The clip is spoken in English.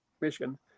Michigan